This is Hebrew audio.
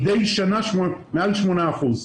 מדי שנה מעל שמונה אחוזים.